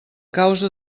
causa